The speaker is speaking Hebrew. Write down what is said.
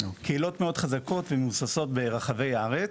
קהילות מאוד חזקות ומבוססות ברחבי הארץ.